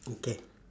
okay